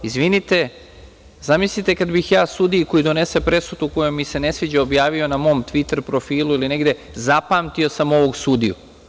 Izvinite, zamislite kad bih ja sudiji koji donese presudu koja mi se ne sviđa, objavio na mom tviter profilu ili negde - zapamtio sam ovog sudiju.